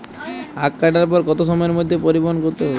আখ কাটার পর কত সময়ের মধ্যে পরিবহন করতে হবে?